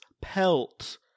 pelt